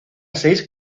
seis